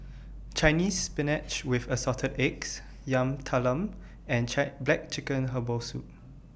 Chinese Spinach with Assorted Eggs Yam Talam and Check Black Chicken Herbal Soup